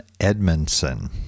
Edmondson